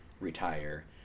retire